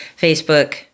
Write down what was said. Facebook